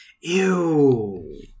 Ew